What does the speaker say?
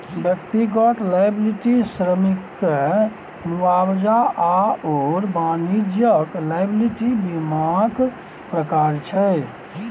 व्यक्तिगत लॉयबिलटी श्रमिककेँ मुआवजा आओर वाणिज्यिक लॉयबिलटी बीमाक प्रकार छै